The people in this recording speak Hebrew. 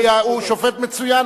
כי הוא שופט מצוין,